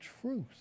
truth